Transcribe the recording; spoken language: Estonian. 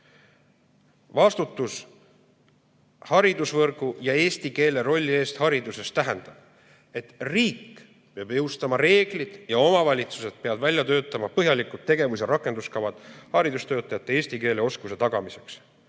Vastutus haridusvõrgu ja eesti keele rolli eest hariduses tähendab, et riik peab jõustama reeglid ja omavalitsused peavad välja töötama põhjalikud tegevus- ja rakenduskavad haridustöötajate eesti keele oskuse tagamiseks. Ma